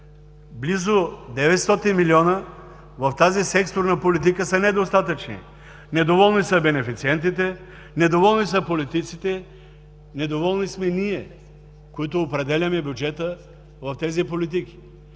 Близо 900 милиона в тази секторна политика са недостатъчни – недоволни са бенефициентите, недоволни са политиците, недоволни сме ние, които определяме бюджета в тези политики.